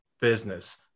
business